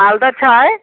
मालदह छै